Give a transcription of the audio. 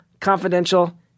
confidential